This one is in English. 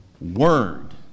word